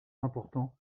importants